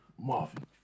Marvin